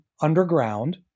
underground